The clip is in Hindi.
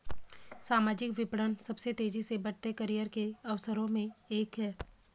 सामाजिक विपणन सबसे तेजी से बढ़ते करियर के अवसरों में से एक है